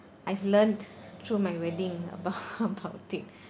I've learnt through my wedding about about it